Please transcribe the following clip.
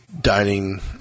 dining